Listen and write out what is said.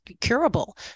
curable